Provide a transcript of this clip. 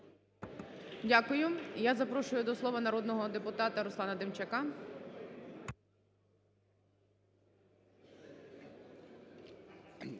Дякую. І я запрошую до слова народного депутата Руслана Демчака.